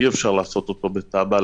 אי אפשר לעשות אותו בטאבה,